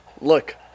look